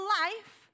life